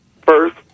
first